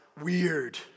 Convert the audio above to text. Weird